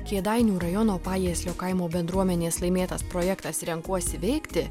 kėdainių rajono pajieslio kaimo bendruomenės laimėtas projektas renkuosi veikti